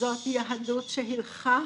זו יהדות שהילכה